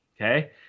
okay